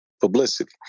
publicity